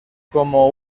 como